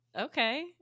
Okay